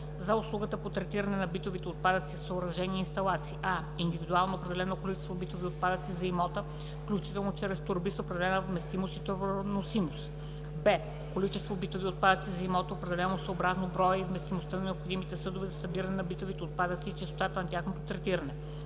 за услугата по третиране на битовите отпадъци в съоръжения и инсталации: а) индивидуално определено количество битови отпадъци за имота, включително чрез торби с определена вместимост и товароносимост; б) количество битови отпадъци за имота, определено съобразно броя и вместимостта на необходимите съдове за събиране на битовите отпадъци и честотата за тяхното транспортиране;